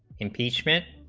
impeachment